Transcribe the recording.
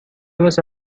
واسه